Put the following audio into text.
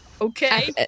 Okay